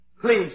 Please